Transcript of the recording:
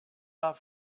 off